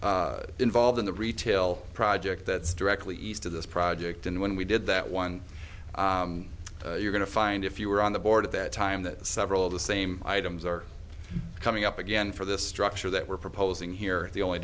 were involved in the retail project that's directly east of this project and when we did that one you're going to find if you were on the board at that time that several of the same items are coming up again for the structure that we're proposing here the only